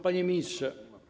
Panie Ministrze!